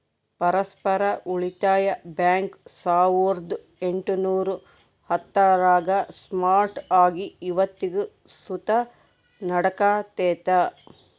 ಪರಸ್ಪರ ಉಳಿತಾಯ ಬ್ಯಾಂಕ್ ಸಾವುರ್ದ ಎಂಟುನೂರ ಹತ್ತರಾಗ ಸ್ಟಾರ್ಟ್ ಆಗಿ ಇವತ್ತಿಗೂ ಸುತ ನಡೆಕತ್ತೆತೆ